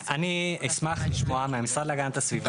אשמח לשמוע מהמשרד להגנת הסביבה.